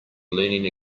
leaning